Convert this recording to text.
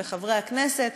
וחברי הכנסת,